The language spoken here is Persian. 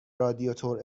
رادیاتور